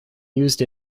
used